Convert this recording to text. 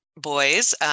boys